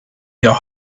your